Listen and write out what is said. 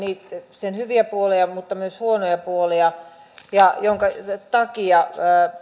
sen hyviä puolia mutta myös huonoja puolia joiden takia